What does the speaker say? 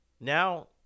Now